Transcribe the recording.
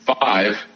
five